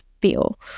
feel